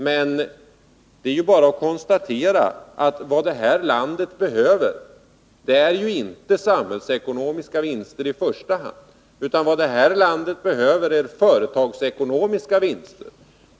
Men det är bara att konstatera att vad det här landet behöver är inte i första hand samhällsekonomiska vinster, utan företagsekonomiska vinster.